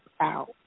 out